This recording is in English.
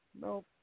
Nope